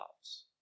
loves